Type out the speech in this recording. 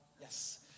yes